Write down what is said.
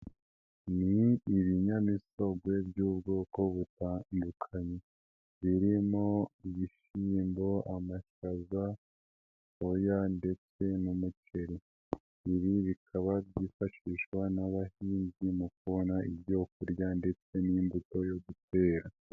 Ni ibinyamisogwe by'ubwoko butandukanye bimo ibishyimbo, amashaza, soya ndetse n'umuceri ibi bikaba byifashishwa n'abahinzi, mu kubona ibyo kurya ndetse n'imbuto yo gutera.